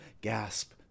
gasp